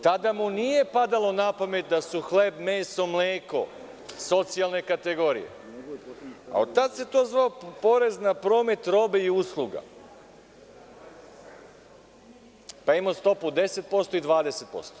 Tada mu nije padalo na pamet da su hleb, meso, mleko, socijalne kategorije, a od tad se to zvao porez na promet robe i usluga, pa je imao stopu 10% i 20%